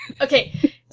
Okay